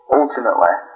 ultimately